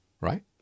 right